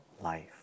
life